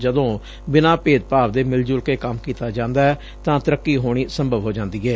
ਜਦੋਂ ਬਿਨ੍ਹਾਂ ਭੇਦਭਾਵ ਦੇ ਮਿਲਜੁਲ ਕੇ ਕੰਮ ਕੀਤਾ ਜਾਂਦੈ ਤਾਂ ਤਰੱਕੀ ਹੋਣੀ ਸੰਭਵ ਹੋ ਜਾਂਦੀ ਏ